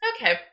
Okay